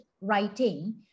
writing